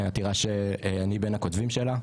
העתירה שאני בן הכותבים שלה,